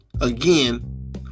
again